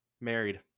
Married